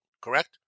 Correct